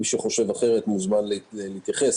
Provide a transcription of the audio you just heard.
מי שחושב אחרת מוזמן להתייחס,